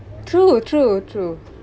true true true